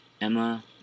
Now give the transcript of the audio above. Emma